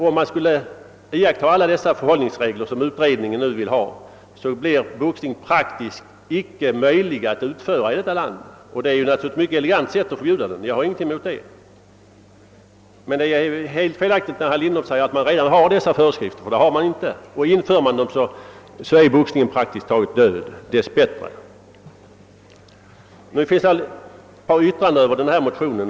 Om man skulle iaktta alla de förhållningsregler som utredningen vill ha genomförda, så blir det inte praktiskt möj ligt att utöva boxning här i landet — och det är naturligtvis ett elegant sätt att förbjuda boxningen. Jag har ingenting emot det. Men det är helt felaktigt att påstå att man redan tillämpar sådana föreskrifter. Det gör man inte. Och blir föreskrifterna genomförda, så blir därigenom boxningen praktiskt taget en död s.k. sport — dess bättre! Det har nu avgivits en del yttranden över boxningsmotionerna.